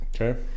okay